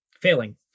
failing